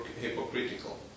hypocritical